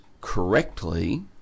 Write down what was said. correctly